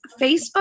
facebook